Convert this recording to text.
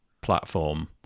platform